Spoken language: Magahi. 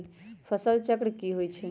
फसल चक्र की होइ छई?